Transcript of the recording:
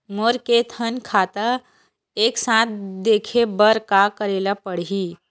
मोर के थन खाता हे एक साथ देखे बार का करेला पढ़ही?